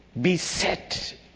Beset